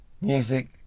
music